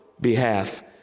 behalf